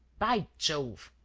by jove!